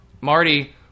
Marty